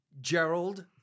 Gerald